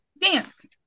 dance